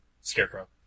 Scarecrow